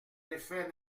effet